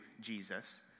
Jesus